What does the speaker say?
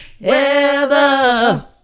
Weather